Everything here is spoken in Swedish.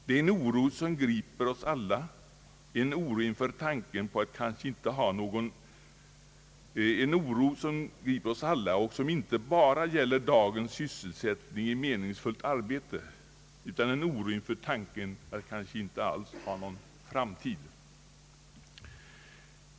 Det är en oro som inte bara gäller dagens sysselsättning i meningsfullt arbete, utan det är en oro inför tanken på att kanske inte ha någon framtid alls.